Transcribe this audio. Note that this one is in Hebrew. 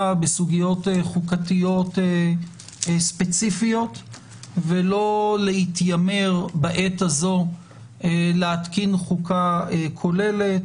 בסוגיות חוקתיות ספציפיות ולא להתיימר בעת הזו להתקין חוקה כוללת.